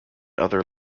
other